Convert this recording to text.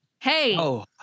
Hey